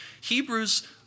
Hebrews